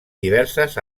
diverses